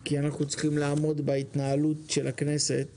כי אנחנו צריכים לעמוד בהתנהלות של הכנסת